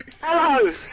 Hello